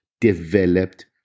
developed